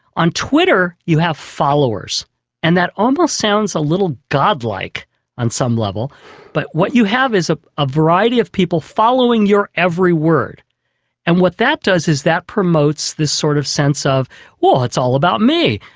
on twitter you have followers and that almost sounds a little god-like on some level but what you have is ah a variety of people following your every word and what that does is that promotes this sort of sense of well, it's all about me,